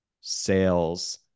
sales